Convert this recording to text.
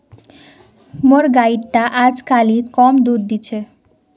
मोर गाय टा अजकालित कम दूध दी छ